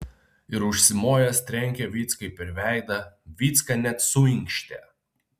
ir užsimojęs trenkė vyckai per veidą vycka net suinkštė